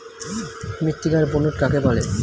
মৃত্তিকার বুনট কাকে বলে?